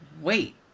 Wait